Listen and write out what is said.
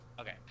Okay